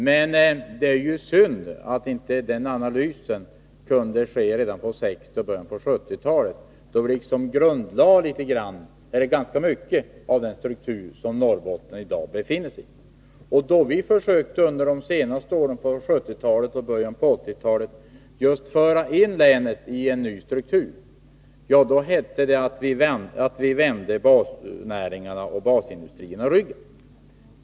Men det är synd att inte den analysen kunde ske redan på 1960-talet och i början av 1970-talet då ganska mycket av den struktur som Norrbotten nu befinner sig i grundlades. Då vi under de senare åren av 1970-talet och i början av 1980-talet försökte föra in länet i en ny struktur hette det att vi vände basnäringarna och basindustrierna ryggen.